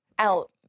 out